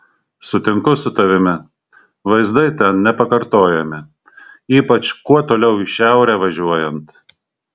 sutinku su tavimi vaizdai ten nepakartojami ypač kuo toliau į šiaurę važiuojant